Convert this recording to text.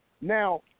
Now